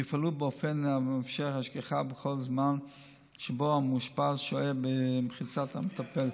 ויופעלו באופן המאפשר השגחה בכל זמן שבו המאושפז שוהה במחיצת המטפל.